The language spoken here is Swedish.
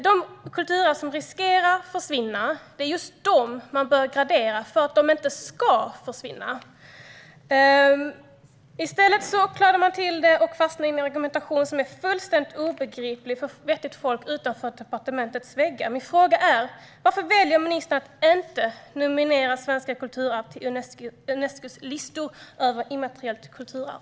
Det är just de kulturarv som riskerar att försvinna som man bör gradera för att de inte ska försvinna. I stället fastnar man i en rekommendation som är helt obegriplig för vettigt folk utanför departementets väggar. Min fråga är: Varför väljer ministern att inte nominera svenska kulturarv till Unescos listor över immateriellt kulturarv?